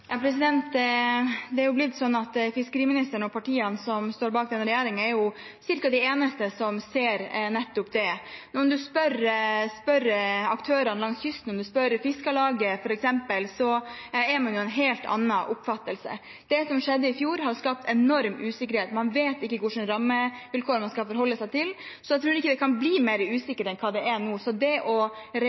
Det er jo blitt sånn at fiskeriministeren og partiene som står bak denne regjeringen, er ca. de eneste som sier nettopp det. Om du spør aktørene langs kysten, Fiskarlaget f.eks., er jo de av en helt annen oppfatning. Det som skjedde i fjor, har skapt enorm usikkerhet. Man vet ikke hva slags rammevilkår man skal forholde seg til, så jeg tror ikke det kan bli mer usikkert enn hva det er nå. Det å